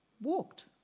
walked